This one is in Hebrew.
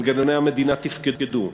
מנגנוני המדינה תפקדו,